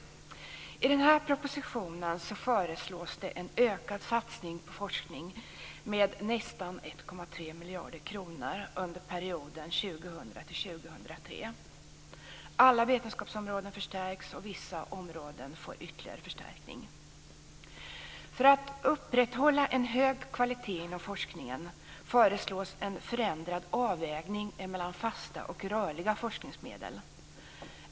I den här propositionen föreslås en ökad satsning på forskning med nästan 1,3 miljarder kronor under perioden 2000-2003. Alla vetenskapsområden förstärks och vissa områden får ytterligare förstärkning. För att upprätthålla en hög kvalitet inom forskningen föreslås en förändrad avvägning mellan fasta och rörliga forskningsmedel.